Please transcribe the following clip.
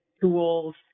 tools